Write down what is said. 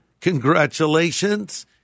congratulations